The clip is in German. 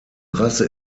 rasse